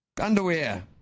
Underwear